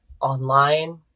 online